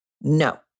No